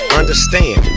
understand